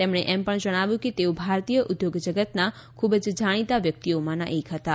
અને એમ પણ જણાવ્યું કે તેઓ ભારતીય ઉધોગજગતના ખૂબ જ જણીતા વ્યકિતઓમાંના હતાં